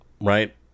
right